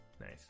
nice